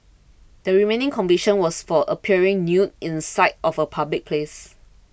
the remaining conviction was for appearing nude in sight of a public place